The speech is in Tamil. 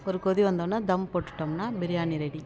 ஒரு கொதி வந்தவொடனே தம் போட்டுட்டோம்னா பிரியாணி ரெடி